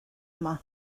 yma